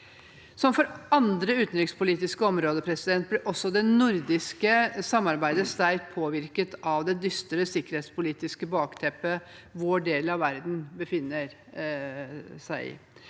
Som for andre utenrikspolitiske områder ble også det nordiske samarbeidet sterkt påvirket av det dystre sikkerhetspolitiske bakteppet vår del av verden befinner seg i.